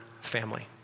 family